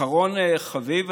אחרון חביב,